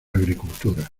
agricultura